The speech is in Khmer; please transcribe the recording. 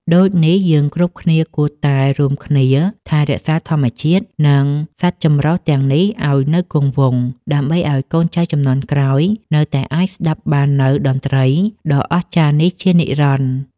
ដូចនេះ យើងគ្រប់គ្នាគួរតែរួមគ្នាថែរក្សាធម្មជាតិ និងសត្វចម្រុះទាំងនេះឱ្យនៅគង់វង្ស ដើម្បីឱ្យកូនចៅជំនាន់ក្រោយនៅតែអាចស្ដាប់បាននូវតន្ត្រីដ៏អស្ចារ្យនេះជានិរន្តរ៍។